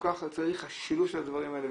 צריך שילוב של הדברים האלה,